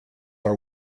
are